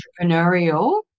entrepreneurial